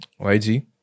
YG